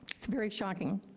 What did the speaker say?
it's very shocking.